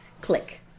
click